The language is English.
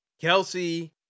Kelsey